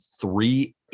three